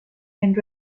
and